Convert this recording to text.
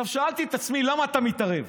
שאלתי את עצמי: למה אתה מתערב?